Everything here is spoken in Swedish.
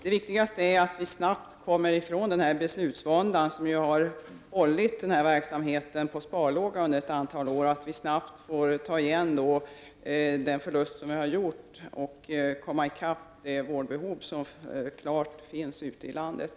Det viktigaste är att vi snabbt kommer ifrån den beslutsvånda som har hållit denna verksamhet på sparlåga under ett antal år, att vi snabbt får ta igen den förlust som vi har gjort och att vi kommer i kapp när det gäller det vårdbehov som finns ute i landet.